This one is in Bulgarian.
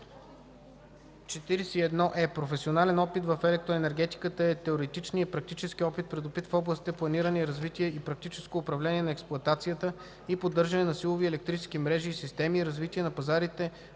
„41е. „Професионален опит в електроенергетиката” е теоретичния и практически опит, придобит в областите: планиране на развитието и практическото управление на експлоатацията и поддържането на силови електрически мрежи и системи, развитие на пазарите